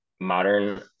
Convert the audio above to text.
Modern